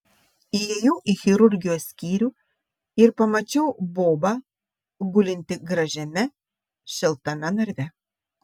įėjau į chirurgijos skyrių ir pamačiau bobą gulintį gražiame šiltame narve